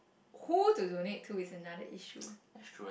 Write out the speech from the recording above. who to donate to is another issue